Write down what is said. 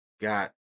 got